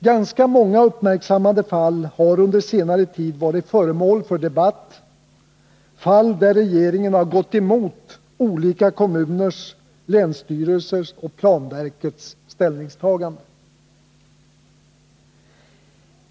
Ganska många uppmärksammade fall har under senare tid varit föremål för debatt, fall där regeringen har gått emot olika kommuners, länsstyrelsers och planverkets ställningstaganden.